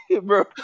Bro